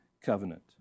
Covenant